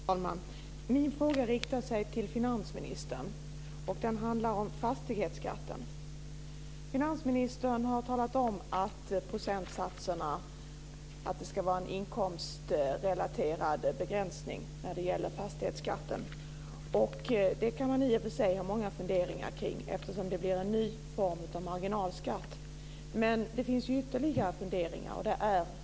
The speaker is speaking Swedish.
Fru talman! Min fråga riktar sig till finansministern. Den handlar om fastighetsskatten. Finansministern har sagt beträffande procentsatserna att det ska vara en inkomstrelaterad begränsning när det gäller fastighetsskatten. Det kan man i och för sig ha många funderingar omkring eftersom det blir en ny form av marginalskatt. Men det finns ytterligare funderingar man kan ha.